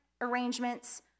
arrangements